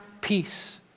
peace